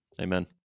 Amen